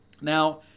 Now